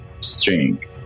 string